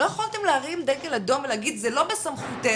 לא יכולתם להרים דגל אדום ולהגיד זה לא בסמכותנו,